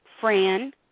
Fran